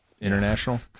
International